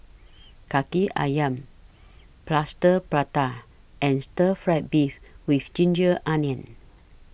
Kaki Ayam Plaster Prata and Stir Fried Beef with Ginger Onions